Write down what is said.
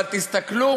אבל תסתכלו